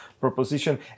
proposition